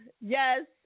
Yes